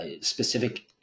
specific